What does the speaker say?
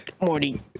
Morty